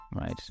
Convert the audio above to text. right